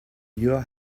your